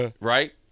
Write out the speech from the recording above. right